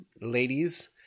ladies